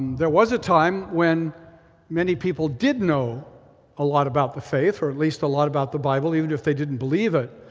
there was a time when many people did know a lot about the faith or at least a lot about the bible, even if they didn't believe it.